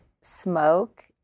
smoke